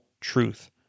truth